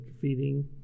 feeding